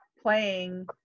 playing